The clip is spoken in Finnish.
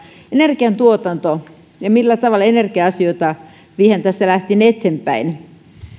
energiantuotanto ja se millä tavalla energia asioita viedään tästä lähtien eteenpäin